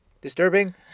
disturbing